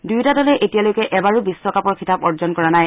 দুয়োটা দলে এতিয়ালৈকে এবাৰো বিশ্বকাপৰ খিতাপ অৰ্জন কৰা নাই